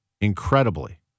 incredibly